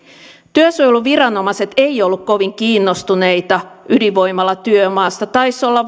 työsuojeluviranomaiset eivät olleet kovin kiinnostuneita ydinvoimalatyömaasta taisi olla